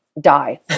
die